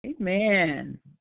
Amen